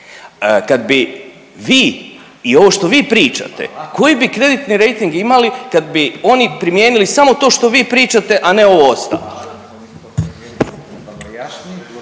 Kad bi vi i ovo što vi pričate koji bi kreditni rejting imali kad bi oni primijenili samo to što vi pričate, a ne ovo ostalo?